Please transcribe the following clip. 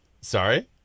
sorry